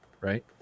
Right